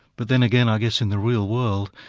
but then again, i guess in the real world,